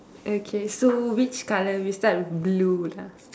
okay so which colour we start with blue lah